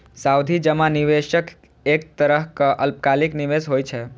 सावधि जमा निवेशक एक तरहक अल्पकालिक निवेश होइ छै